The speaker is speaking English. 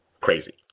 Crazy